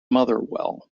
motherwell